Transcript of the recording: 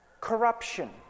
Corruption